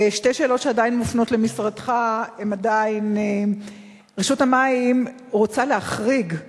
שתי שאלות שעדיין מופנות למשרדך: רשות המים רוצה להחריג,